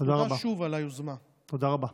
תודה רבה.